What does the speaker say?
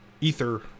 ether